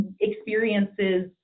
experiences